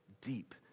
deep